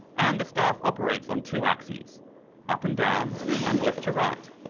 and a staff operates on two axes up and down and left to right.